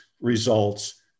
results